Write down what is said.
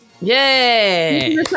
Yay